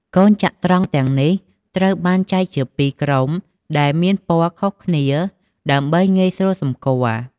កូនចត្រង្គ ទាំងនេះត្រូវបានចែកជាពីរជាក្រុម ដែលមានពណ៌ខុសគ្នា ដើម្បីងាយស្រួលសម្គាល់។